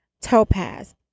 topaz